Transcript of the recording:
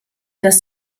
dass